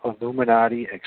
Illuminati